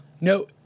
No